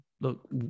look